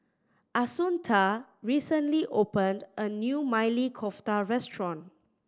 Assunta recently opened a new Maili Kofta Restaurant